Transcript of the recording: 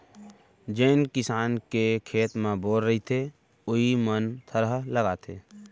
जेन किसान के खेत म बोर रहिथे वोइ मन थरहा लगाथें